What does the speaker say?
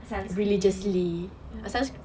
sunscreen oh my god